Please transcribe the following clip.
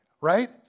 Right